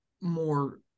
more